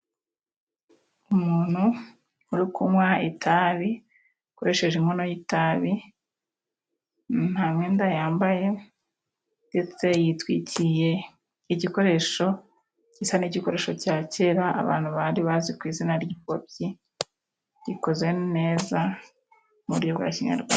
Umuntu uri kunywa itabi akoresheje inkono y'itabi nta mwenda yambaye ndetse yitwikiye igikoresho gisa nigikoresho cya kera abantu bari bazi ku izina ry'ingobyi gikoze neza mu buryo bwa kinyarwanda.